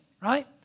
Right